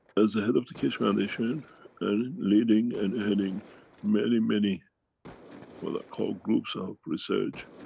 as a head of the keshe foundation and leading and heading many, many what i call, groups of research,